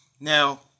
Now